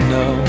no